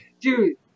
Dude